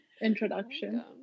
introduction